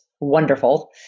Wonderful